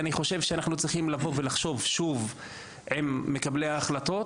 היום אנחנו צריכים לחשוב שוב עם מקבלי ההחלטות,